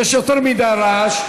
יש יותר מדי רעש,